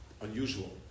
unusual